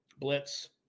Blitz